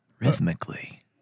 Rhythmically